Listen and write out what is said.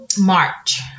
March